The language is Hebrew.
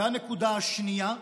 והנקודה השנייה: